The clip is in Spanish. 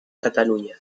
cataluña